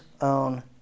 own